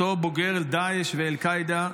אותו בוגר דאעש ואל-קאעידה,